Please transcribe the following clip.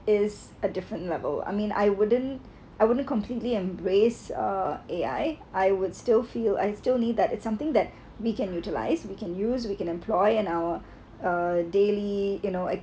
is a different level I mean I wouldn't I wouldn't completely embrace uh A_I I would still feel I still need that it's something that we can utilize we can use we can employ and I uh daily you know